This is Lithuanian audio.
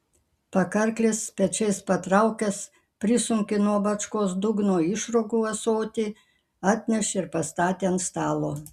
pakarklis pečiais patraukęs prisunkė nuo bačkos dugno išrūgų ąsotį atnešė ir pastatė ant stalo